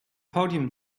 podium